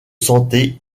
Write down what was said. santé